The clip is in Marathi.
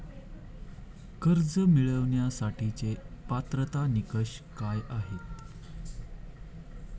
कर्ज मिळवण्यासाठीचे पात्रता निकष काय आहेत?